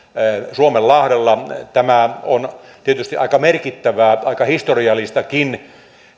suomenlahdella tämä on tietysti aika merkittävää aika historiallistakin